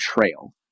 trail